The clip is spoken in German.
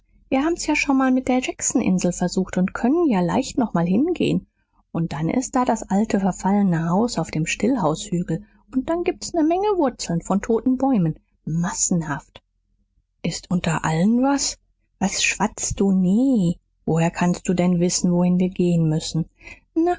wir haben's ja schon mal mit der jackson insel versucht und können ja leicht noch mal hingehn und dann ist da das alte verfallne haus auf dem stillhaus hügel und dann gibt's ne menge wurzeln von toten bäumen massenhaft ist unter allen was was schwatzt du nee woher kannst du denn wissen wohin wir gehen müssen